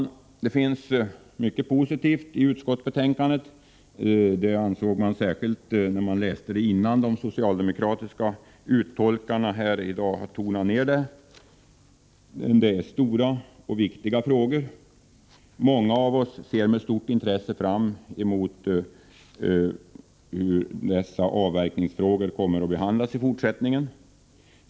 Vi ansåg att det fanns mycket positivt i utskottsbetänkandet innan de socialdemokratiska uttolkarna i dag här har tonat ned betydelsen av det. Men detta är stora och viktiga frågor. Många av oss ser med stort intresse fram emot hur dessa avverkningsfrågor kommer att behandlas i fortsättning en.